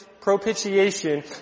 propitiation